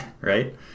right